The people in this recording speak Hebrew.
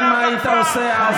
הרי יושב-ראש מפלגתך היה מת,